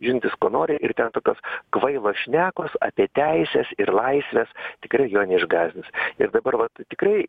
žinantis ko nori ir ten tokios kvailos šnekos apie teises ir laisves tikrai jo neišgąsdins ir dabar va tikrai